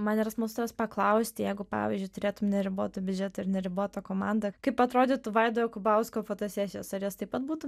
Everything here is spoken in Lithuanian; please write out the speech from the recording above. man yra smalsu tavęs paklausti jeigu pavyzdžiui turėtum neribotą biudžetą ir neribotą komandą kaip atrodytų vaido jokubausko fotosesijos ar jos taip pat būtų